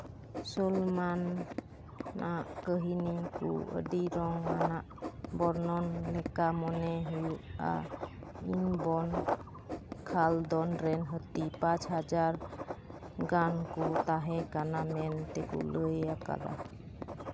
ᱥᱩᱞᱮᱭᱢᱟᱱ ᱟᱜ ᱠᱟᱹᱦᱤᱱᱤ ᱠᱚ ᱟᱹᱰᱤ ᱨᱚᱝ ᱟᱱᱟᱜ ᱵᱚᱨᱱᱚᱱ ᱞᱮᱠᱟ ᱢᱚᱱᱮ ᱦᱩᱭᱩᱜᱼᱟ ᱤᱵᱚᱱ ᱠᱷᱟᱞᱫᱩᱱ ᱨᱮᱱ ᱦᱟᱹᱛᱤ ᱯᱟᱸᱪ ᱦᱟᱡᱟᱨ ᱜᱟᱱ ᱠᱚ ᱛᱟᱦᱮᱸ ᱠᱟᱱᱟ ᱢᱮᱱ ᱛᱮᱠᱚ ᱞᱟᱹᱭ ᱟᱠᱟᱫᱟ